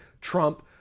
Trump